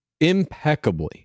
impeccably